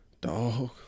Dog